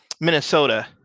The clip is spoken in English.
Minnesota